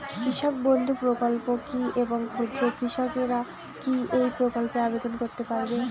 কৃষক বন্ধু প্রকল্প কী এবং ক্ষুদ্র কৃষকেরা কী এই প্রকল্পে আবেদন করতে পারবে?